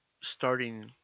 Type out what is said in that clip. starting